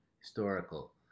historical